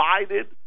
divided